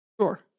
Sure